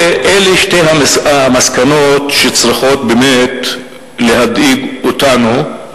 אלה שתי המסקנות שצריכות באמת להדאיג אותנו.